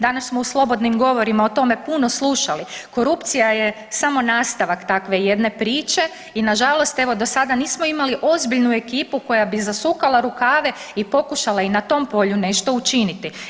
Danas smo u slobodnim govorima o tome puno slušali, korupcija je samo nastavak takve jedne priče i nažalost evo do sada nismo imali ozbiljnu ekipu koja bi zasukala rukave i pokušala i na tom polju nešto učiniti.